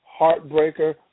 Heartbreaker